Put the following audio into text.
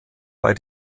bei